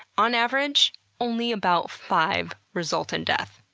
on average only about five result in death.